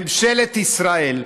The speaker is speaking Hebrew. ממשלת ישראל,